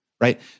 right